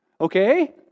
okay